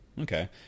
Okay